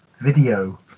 video